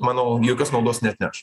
manau jokios naudos neatneš